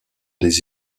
des